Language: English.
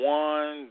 one